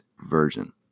version